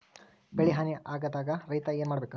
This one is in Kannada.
ಬೆಳಿ ಹಾನಿ ಆದಾಗ ರೈತ್ರ ಏನ್ ಮಾಡ್ಬೇಕ್?